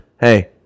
Hey